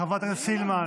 חברת הכנסת סילמן,